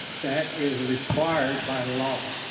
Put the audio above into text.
that is required by law